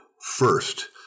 first